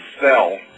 sell